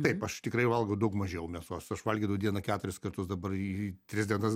taip aš tikrai valgau daug mažiau mėsos valgydavau į dieną keturis kartus dabar į tris dienas